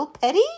Petty